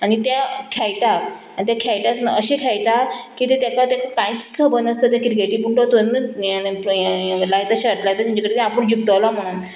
आनी ते खेळटा आनी ते खेळटा आसतना अशें खेळटा की तें ताका ताका कांयच खब नासता तें क्रिकेटी पुट्टो तर लायता शेट लायता तेंचे कडेन आपूण जिकतोलो म्हणोन